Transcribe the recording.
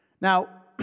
Now